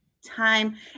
time